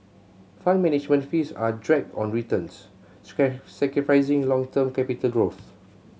Fund Management fees are a drag on returns sacrificing long term capital growth